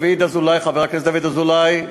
חבר הכנסת דוד אזולאי,